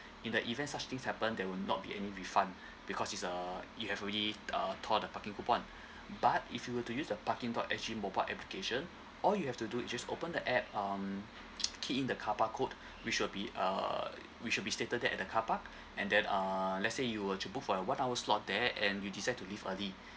in the event such things happen there will not be any refund because it's uh you have already uh tore the parking coupon but if you were to use the parking dot s g mobile application all you have to do is just open the app um key in the carpark code which will be uh which would be stated there at the carpark and then uh let's say you were to book for one hour slot there and you decide to leave early